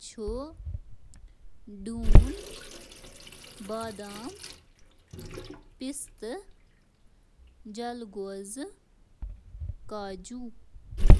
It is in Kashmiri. شٲمِل: بادام: کاجوز، پستہٕ، میکاڈامیا گری دار میوٕ، مونگ پھلی تہٕ باقی۔